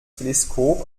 teleskop